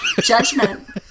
judgment